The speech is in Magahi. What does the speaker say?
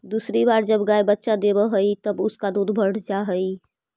दूसरी बार जब गाय बच्चा देवअ हई तब उसका दूध बढ़ जा हई